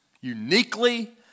Uniquely